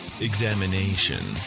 examination